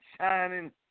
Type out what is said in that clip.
shining